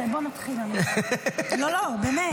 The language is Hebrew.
בוא נתחיל, לא, באמת.